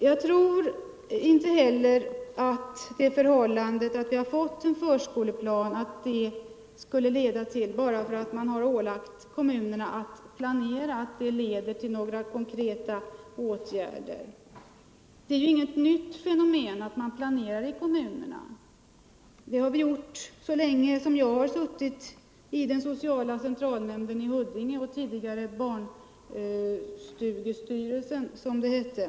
Jag tror inte att det förhållandet att vi har fått en förskolelag leder till några konkreta åtgärder bara för att man har ålagt kommunerna att planera. Det är ju inget nytt fenomen att man planerar i kommunerna. Det har vi gjort så länge som jag har suttit i den sociala centralnämnden i Huddinge och tidigare i barnstugestyrelsen, som den hette.